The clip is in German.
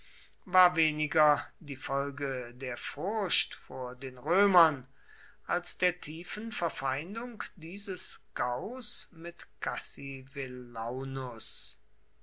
war weniger die folge der furcht vor den römern als der tiefen verfeindung dieses gaus mit cassivellaunus